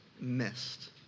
missed